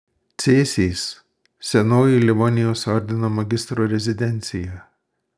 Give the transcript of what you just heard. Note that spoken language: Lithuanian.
cėsys senoji livonijos ordino magistro rezidencija